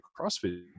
CrossFit